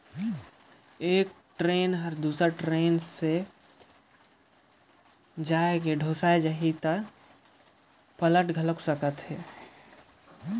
एक टरेन ह दुसर टरेन ले जाये झपाही त पलेट भी सकत हे